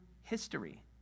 history